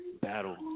battle